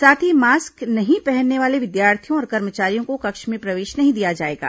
साथ ही मास्क नहीं पहनने वाले विद्यार्थियों और कर्मचारियों को कक्ष में प्रवेश नहीं दिया जाएगा